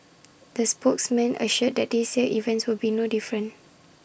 the spokesperson assured that this year's event will be no different